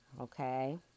Okay